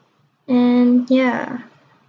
and ya